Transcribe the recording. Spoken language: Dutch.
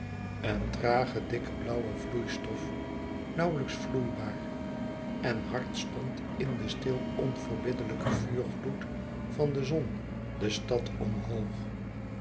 een trage dikke blauwe vloeistof nauwlijks vloeibaar en hard stond in den stil onverbiddelijken vuurgloed van de zon de stad omhoog